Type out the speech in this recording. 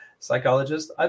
psychologist